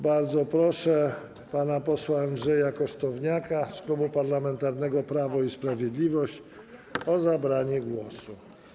Bardzo proszę pana posła Andrzeja Kosztowniaka z Klubu Parlamentarnego Prawo i Sprawiedliwość o zabranie głosu.